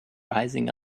rising